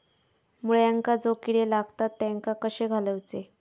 मुळ्यांका जो किडे लागतात तेनका कशे घालवचे?